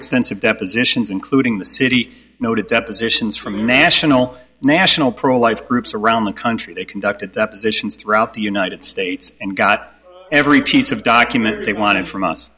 extensive depositions including the city noted depositions from national national pro life groups around the country they conducted depositions throughout the united states and got every piece of document they wanted from us